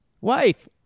Wife